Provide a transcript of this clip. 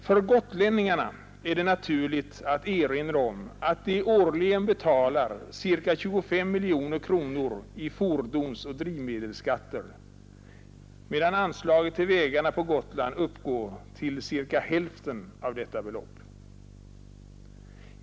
För gotlänningarna är det naturligt att erinra om att de årligen betalar cirka 25 miljoner kronor i fordonsoch drivmedelsskatter, medan anslaget till vägarna på Gotland uppgår till cirka hälften av detta belopp.